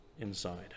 inside